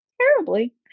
terribly